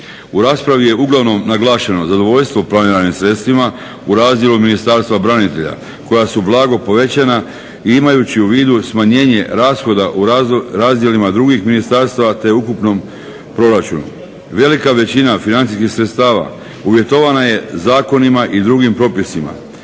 U raspravi je uglavnom naglašeno zadovoljstvo planiranim sredstvima u razdjelu Ministarstva branitelja koja su blago povećana i imajući u vidu smanjenje rashoda u razdjelima drugih ministarstava te u ukupnom proračunu velika većina financijskih sredstava uvjetovana je zakonima i drugim propisima.